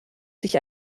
sich